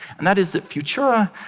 and that is that futura